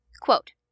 Quote